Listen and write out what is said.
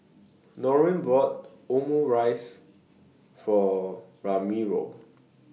Norine bought Omurice For Ramiro